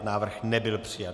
Návrh nebyl přijat.